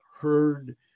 heard